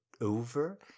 over